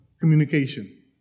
communication